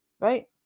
right